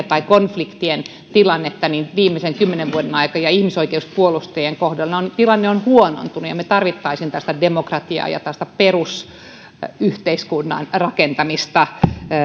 tai konfliktien tilannetta niin viimeisen kymmenen vuoden aikana ja ihmisoikeuspuolustajien kohdalla tilanne on huonontunut me tarvitsisimme tällaista demokratiaa ja tällaista perusyhteiskunnan rakentamista